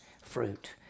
fruit